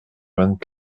vingt